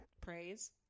praise